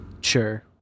Sure